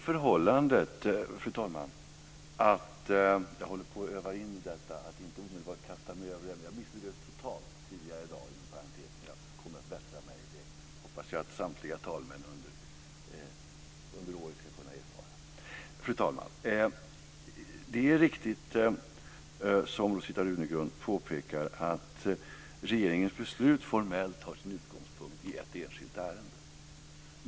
Fru talman! Det är riktigt som Rosita Runegrund påpekar att regeringens beslut formellt har sin utgångspunkt i ett enskilt ärende.